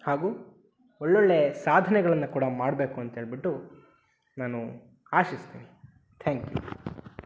ಹಾಗು ಒಳ್ಳೊಳ್ಳೆಯ ಸಾಧನೆಗಳನ್ನ ಕೂಡ ಮಾಡಬೇಕು ಅಂತ್ಹೇಳ್ಬಿಟ್ಟು ನಾನು ಆಶಿಸ್ತೀನಿ ಥ್ಯಾಂಕ್ ಯು